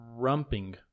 Rumping